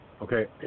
Okay